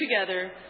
together